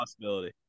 possibility